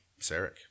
Sarek